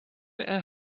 and